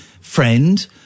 friend